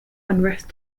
unrest